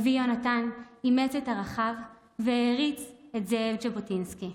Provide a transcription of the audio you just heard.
אבי יונתן אימץ את ערכיו והעריץ את זאב ז'בוטינסקי.